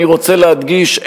ואני רוצה להדגיש,